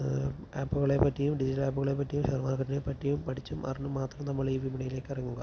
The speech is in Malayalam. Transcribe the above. ആപ്പുകളെ പറ്റിയും ഡിജിറ്റൽ ആപ്പുകളെ പറ്റിയും ഷെയർ മാർക്കറ്റിനെ പറ്റിയും പഠിച്ചും അറിഞ്ഞും മാത്രം നമ്മൾ ഈ വിപണിയിലേക്കിറങ്ങുക